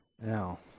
Now